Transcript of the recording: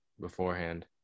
beforehand